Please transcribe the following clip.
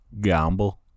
gamble